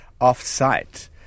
off-site